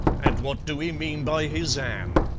and what do ee mean by his ann?